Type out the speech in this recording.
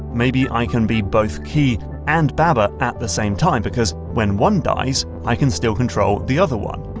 maybe i can be both key and baba at the same time, because when one dies, i can still control the other one.